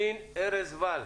עו"ד ארז וול.